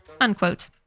unquote